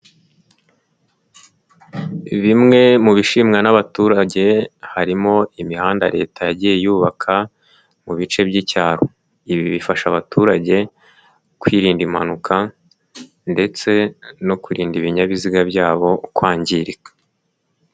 Bimwe mu bishimwa n'abaturage harimo imihanda leta yagiye yubaka, mu bice by'icyaro, ibi bifasha abaturage kwirinda impanuka ndetse no kurinda ibinyabiziga byabo kwangirika.